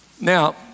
Now